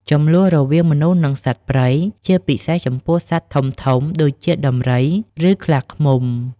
ជម្លោះរវាងមនុស្ស និងសត្វព្រៃ ជាពិសេសចំពោះសត្វធំៗដូចជាដំរី ឬខ្លាឃ្មុំ។